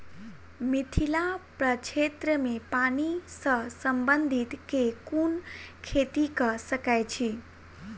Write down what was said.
मिथिला प्रक्षेत्र मे पानि सऽ संबंधित केँ कुन खेती कऽ सकै छी?